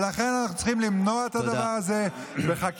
ולכן אנחנו צריכים למנוע את הדבר הזה בחקיקה.